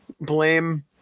Blame